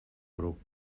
grup